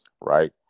right